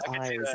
eyes